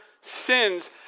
sins